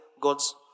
God's